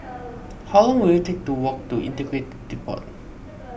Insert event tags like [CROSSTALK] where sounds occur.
how long will it take to walk to Integrated Depot [NOISE]